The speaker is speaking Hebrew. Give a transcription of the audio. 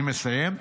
אני מסיים.